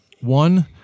One